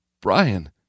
Brian